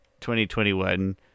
2021